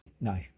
No